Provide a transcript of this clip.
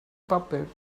puppet